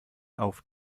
auf